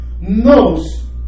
knows